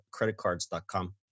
creditcards.com